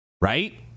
Right